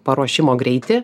paruošimo greitį